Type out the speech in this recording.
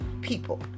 people